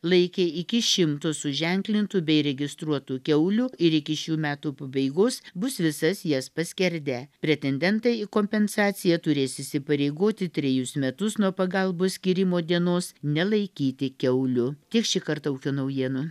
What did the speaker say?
laikė iki šimto suženklintų bei registruotų kiaulių ir iki šių metų pabaigos bus visas jas paskerdę pretendentai į kompensaciją turės įsipareigoti trejus metus nuo pagalbos skyrimo dienos nelaikyti kiaulių tiek šį kartą ūkio naujienų